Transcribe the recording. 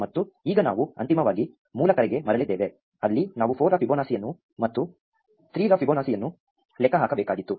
ಮತ್ತು ಈಗ ನಾವು ಅಂತಿಮವಾಗಿ ಮೂಲ ಕರೆಗೆ ಮರಳಿದ್ದೇವೆ ಅಲ್ಲಿ ನಾವು 4 ರ ಫಿಬೊನಾಸಿಯನ್ನು ಮತ್ತು 3 ರ ಫಿಬೊನಾಸಿಯನ್ನು ಲೆಕ್ಕ ಹಾಕಬೇಕಾಗಿತ್ತು